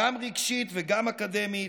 גם רגשית וגם אקדמית,